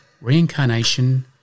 Reincarnation